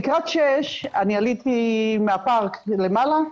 לקראת שש אני עליתי מהפארק למעלה,